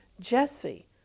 Jesse